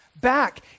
back